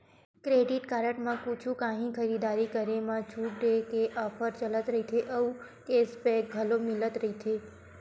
credit card म कुछु काही खरीददारी करे म छूट देय के ऑफर चलत रहिथे अउ केस बेंक घलो मिलत रहिथे